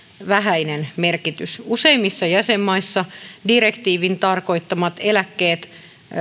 vähäinen merkitys useimmissa jäsenmaissa direktiivin tarkoittamat eläkkeet